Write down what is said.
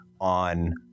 on